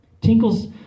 Tinkles